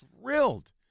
thrilled